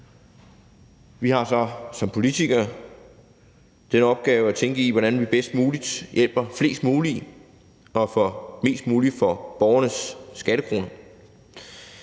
Vi har så som politikere den opgave at tænke i, hvordan vi bedst muligt hjælper flest mulige og får mest muligt for borgernes skattekroner.